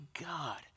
God